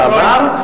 ועבר,